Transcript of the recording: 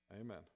Amen